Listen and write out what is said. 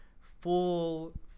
full